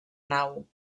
nau